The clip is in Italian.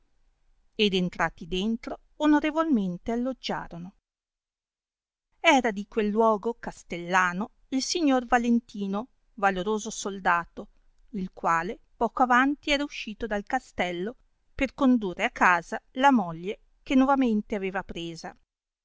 ed entrati dentro onorevolmente alloggiarono era di quel luogo castellano il signor va lentino valoroso soldato il quale poco avanti era uscito dal castello per condurre a casa la moglie che novamente aveva presa